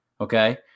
Okay